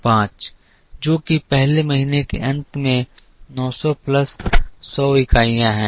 5 जो कि पहले महीने के अंत में 900 प्लस 100 इकाइयाँ हैं